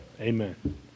Amen